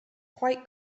quite